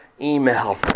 Email